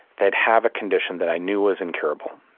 they'd have a condition that i knew was incurable,